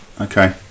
Okay